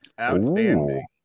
Outstanding